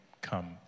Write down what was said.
come